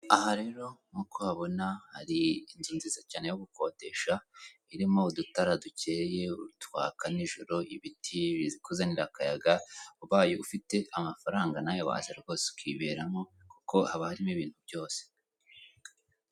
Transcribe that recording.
Aha rero nk'uko uhabona hari inzu nziza cyane yo gukodesha irimo udutara dukeye twaka nijoro, ibiti bikuzanira akayaga, ubaye ufite amafaranga nawe waza rwose ukiberamo kuko hab harimo ibintu byose.